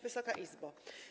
Wysoka Izbo!